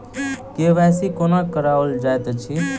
KYC कोना कराओल जाइत अछि?